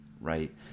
Right